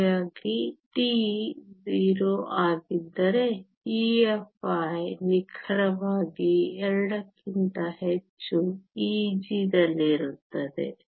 ಹಾಗಾಗಿ T 0 ಆಗಿದ್ದರೆ EFi ನಿಖರವಾಗಿ 2 ಕ್ಕಿಂತ ಹೆಚ್ಚು Eg ದಲ್ಲಿರುತ್ತದೆ